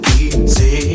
easy